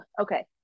okay